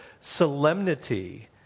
solemnity